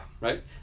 Right